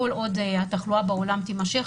כל עוד התחלואה בעולם תימשך,